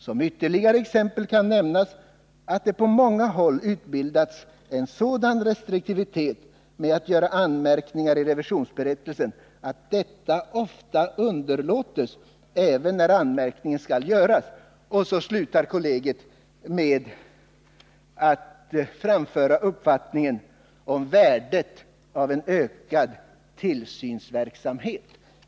Som ytterligare exempel kan nämnas att det på många håll utbildats en sådan restriktivitet med att göra anmärkning i revisionsberättelsen att detta ofta underlåtes även när anmärkning skall göras.” Och så slutar kollegiet med att framföra uppfattningen om värdet av en ökad tillsynsverksamhet.